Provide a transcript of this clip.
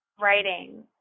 writing